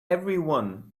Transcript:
everyone